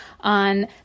on